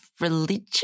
religion